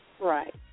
right